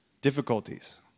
difficulties